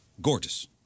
Gorgeous